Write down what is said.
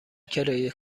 کرایه